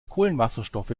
kohlenwasserstoffe